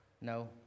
No